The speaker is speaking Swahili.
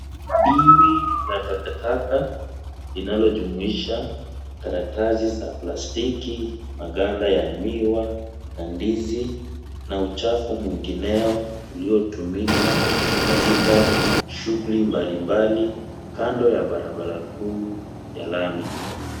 Biwi la takataka linalojumuisha karatasi za plastiki maganda ya miwa na ndizi na uchafu mwingineo uliotumika katika shughuli mbalimbali kando ya barabara kuu ya lami.